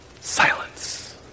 silence